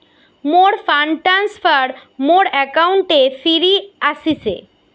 মোর fund transfer মোর অ্যাকাউন্টে ফিরি আশিসে